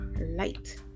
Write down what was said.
light